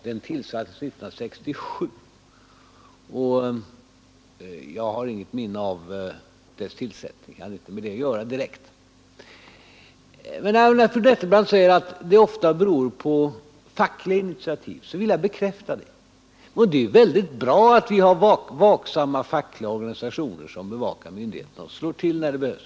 Den tillsattes 1967, och jag hade inte direkt med det att göra. Fru Nettelbrandt säger att vad som blir gjort på den här punkten ofta beror på fackliga initativ, och det vill jag bekräfta. Det är väldigt bra att vi har vaksamma fackliga organisationer som bevakar myndigheterna och slår till när det behövs.